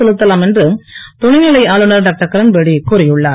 செலுத்தலாம் என்று துணைநிலை ஆளுநர் டாக்டர் கிரண்பேடி கூறியுள்ளார்